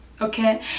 Okay